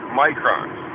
microns